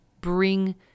bring